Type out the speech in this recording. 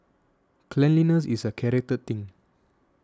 cleanliness is a character thing